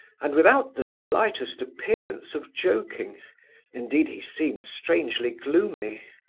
and without the slightest appearance of joking indeed, he seemed strangely gloomy.